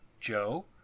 Joe